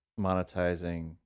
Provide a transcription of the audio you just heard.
monetizing